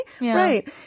Right